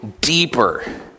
deeper